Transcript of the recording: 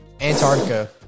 Antarctica